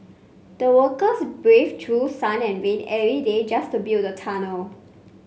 the workers braved through sun and rain every day just to build the tunnel